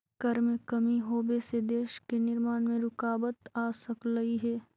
कर में कमी होबे से देश के निर्माण में रुकाबत आ सकलई हे